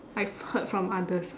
I've heard from others